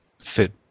fit